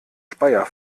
speyer